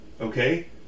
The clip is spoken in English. okay